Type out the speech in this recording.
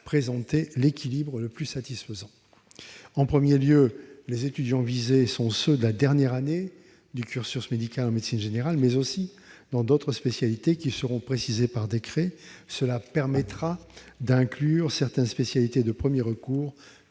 présenter l'équilibre le plus satisfaisant. En premier lieu, les étudiants visés sont ceux de la dernière année du cursus médical, en médecine générale mais aussi dans d'autres spécialités qui seront précisées par décret. Cela permettra d'inclure certaines spécialités de premier recours,